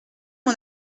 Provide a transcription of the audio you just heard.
mon